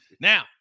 Now